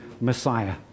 Messiah